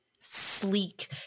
sleek